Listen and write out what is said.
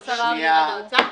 --- שנייה.